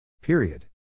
Period